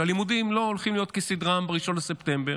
הלימודים לא הולכים להיות כסדרם ב-1 בספטמבר,